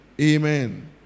amen